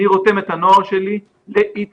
אני רותם את הנוער שלי להתנדבות.